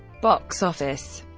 box office